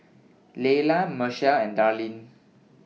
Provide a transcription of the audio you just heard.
Lelia Machelle and Darline